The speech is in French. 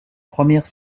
première